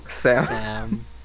Sam